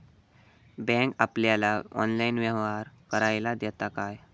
Bank आपल्याला online व्यवहार करायला देता काय?